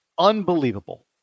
Unbelievable